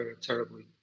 terribly